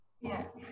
yes